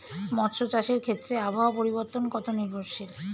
মৎস্য চাষের ক্ষেত্রে আবহাওয়া পরিবর্তন কত নির্ভরশীল?